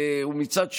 מצד שני,